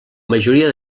majoria